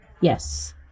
Yes